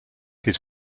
his